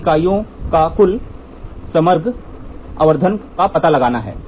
फिर इकाइयों में कुल समग्र आवर्धन का पता लगाएं